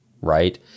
right